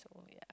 so yeah